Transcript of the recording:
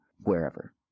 wherever